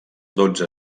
dotze